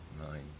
nine